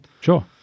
Sure